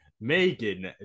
Megan